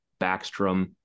Backstrom